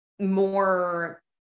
more